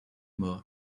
more